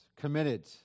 committed